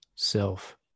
self